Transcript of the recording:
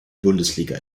bundesliga